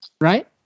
Right